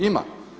Ima.